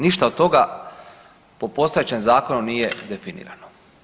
Ništa od toga po postojećem zakonu nije definirano.